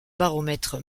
baromètre